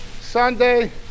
Sunday